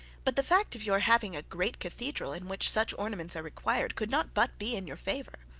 but the fact of your having a great cathedral in which such ornaments are required, could not but be in your favour